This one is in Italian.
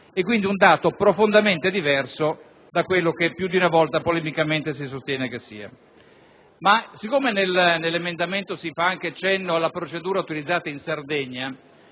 che emerge un dato profondamente diverso da quello che più di una volta polemicamente si sostiene sia. Siccome nell'emendamento si fa anche cenno alla procedura utilizzata in Sardegna